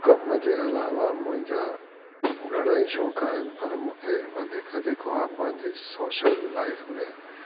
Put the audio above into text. कमु जे अलावा मुंहिंजा घणेई शौंकु आहिनि पर मूंखे वधीक जेको आहे पंहिंजी सोशल लाइफ में